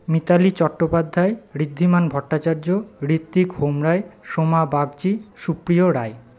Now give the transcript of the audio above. Mitali Chattopadhyay Riddhiman Bhattacharya Ritwik Homroy Soma Bagchi Supriyo Roy